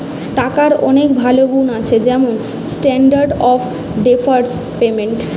টাকার অনেক ভালো গুন্ আছে যেমন স্ট্যান্ডার্ড অফ ডেফার্ড পেমেন্ট